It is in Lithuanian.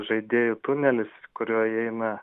žaidėjų tunelis kuriuo įeina